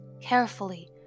carefully